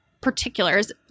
particulars